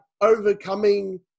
overcoming